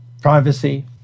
privacy